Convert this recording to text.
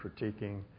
critiquing